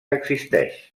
existeix